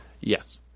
Yes